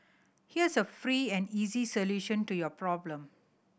here's a free and easy solution to your problem